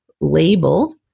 label